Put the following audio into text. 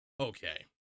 Okay